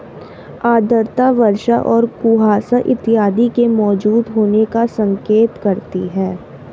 आर्द्रता वर्षा और कुहासा इत्यादि के मौजूद होने का संकेत करती है